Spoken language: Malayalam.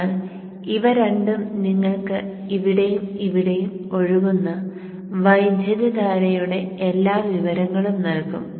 അതിനാൽ ഇവ രണ്ടും നിങ്ങൾക്ക് ഇവിടെയും ഇവിടെയും ഒഴുകുന്ന വൈദ്യുതധാരയുടെ എല്ലാ വിവരങ്ങളും നൽകും